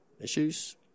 issues